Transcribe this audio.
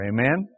Amen